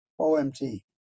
OMT